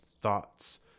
thoughts